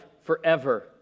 forever